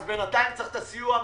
אז בינתיים צריך את הסיוע הממשלתי.